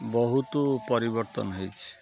ବହୁତ ପରିବର୍ତ୍ତନ ହେଇଛି